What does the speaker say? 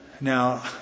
Now